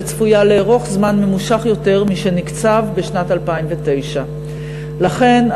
שצפויה לארוך זמן ממושך יותר משנקצב בשנת 2009. לכן,